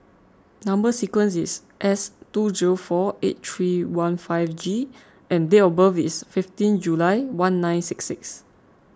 Number Sequence is S two zero four eight three one five G and date of birth is fifteen July one nine six six